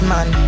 Man